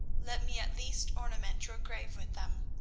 let me at least ornament your grave with them.